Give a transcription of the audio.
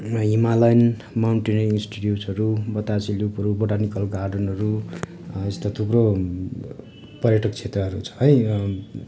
र Himalayan mountaineering इन्स्टिट्युटहरू बतासे लुपहरू बोटानिकल गार्डनहरू यस्ता थुप्रो पर्यटक क्षेत्रहरू छ है